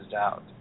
out